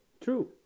True